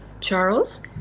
Charles